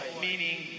meaning